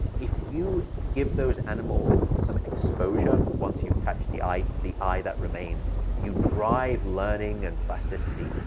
if you give those animals some exposure once you patch the eye to the eye that remains, you drive learning and plasticity,